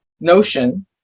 notion